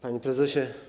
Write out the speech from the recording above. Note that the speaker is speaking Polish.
Panie Prezesie!